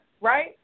right